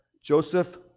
Joseph